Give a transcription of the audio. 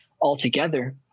altogether